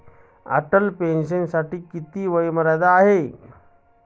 Atal pension योजनेसाठी किती वयोमर्यादा आहे?